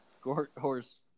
horse